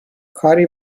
کاری